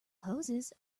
hoses